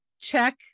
check